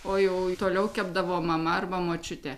o jau toliau kepdavo mama arba močiutė